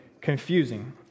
confusing